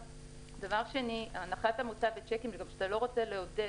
דבר שני, הנחת המוצא בשיקים שאתה לא רוצה לעודד.